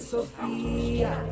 Sofia